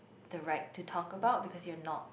the right to talk about because you're not